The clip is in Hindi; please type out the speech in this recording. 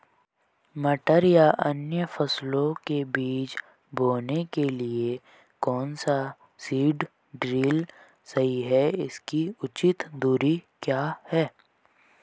मटर या अन्य फसलों के बीज बोने के लिए कौन सा सीड ड्रील सही है इसकी उचित दूरी क्या है?